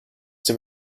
dem